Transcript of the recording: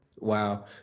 Wow